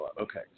Okay